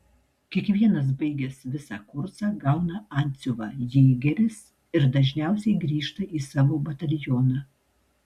kiekvienas baigęs visą kursą gauna antsiuvą jėgeris ir dažniausiai grįžta į savo batalioną